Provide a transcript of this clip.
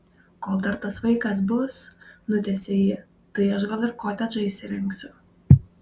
kol dar tas vaikas bus nutęsia ji tai aš gal ir kotedžą įsirengsiu